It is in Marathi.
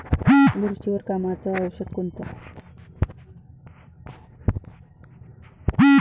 बुरशीवर कामाचं औषध कोनचं?